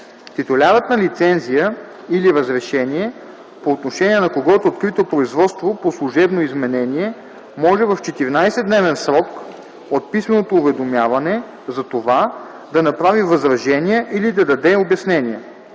Титулярът на лицензия или разрешение, по отношение на когото е открито производство по служебно изменение, може в 14-дневен срок от писменото уведомяване за това да направи възражения или да даде обяснения.